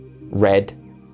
red